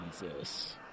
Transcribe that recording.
Jesus